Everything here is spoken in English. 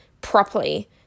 properly